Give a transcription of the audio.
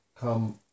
come